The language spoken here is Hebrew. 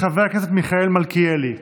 חבר הכנסת מיכאל מלכיאלי,